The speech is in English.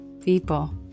people